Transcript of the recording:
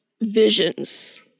visions